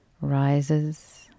rises